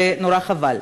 ונורא חבל.